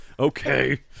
Okay